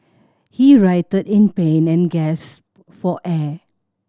he writhed in pain and for air